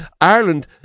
Ireland